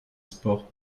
sports